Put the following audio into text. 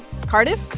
cardiff,